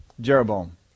Jeroboam